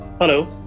Hello